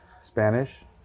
spanish